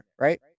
right